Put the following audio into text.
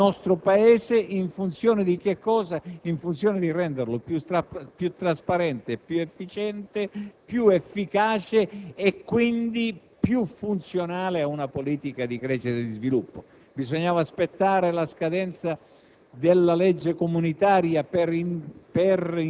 sul sistema creditizio e finanziario del nostro Paese, in funzione di renderlo più trasparente, più efficiente e più efficace e quindi più funzionale a una politica di crescita e sviluppo? Bisognava aspettare la scadenza